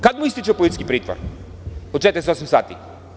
Kad mu ističe policijski pritvor od 48 sati?